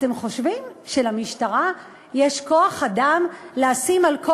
אתם חושבים שלמשטרה יש כוח-אדם לשים על כל